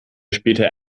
später